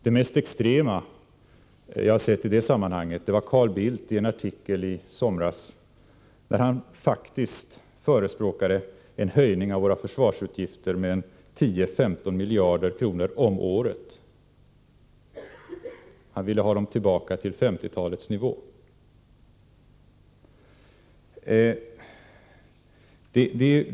Det mest extrema jag sett i det sammanhanget var när Carl Bildt i en artikel i somras faktiskt förespråkade en höjning av våra försvarsutgifter med 10å 15 miljarder kronor om året — han ville ha försvarsutgifterna tillbaka till 50-talets nivå.